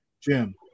Jim